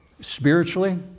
spiritually